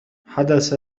حدث